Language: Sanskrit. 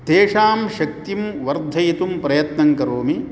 तेषां शक्तिं वर्धयितुं प्रयत्नं करोमि